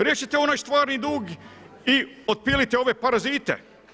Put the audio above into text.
Riješite onaj stvarni dug i otpilite ove parazite.